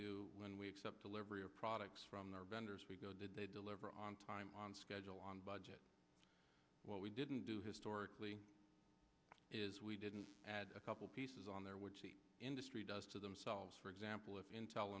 do when we accept delivery of products from their vendors we go did they deliver on time on schedule on budget what we didn't do historically is we didn't add a couple pieces on there which the industry does to themselves for example of intel